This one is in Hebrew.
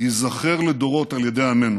ייזכר לדורות על ידי עמנו,